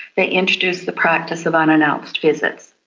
they introduced the practice of unannounced visits.